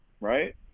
Right